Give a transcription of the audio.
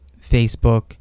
Facebook